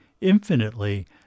infinitely